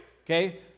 Okay